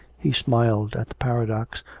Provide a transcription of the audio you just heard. he smiled at the paradox,